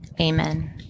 amen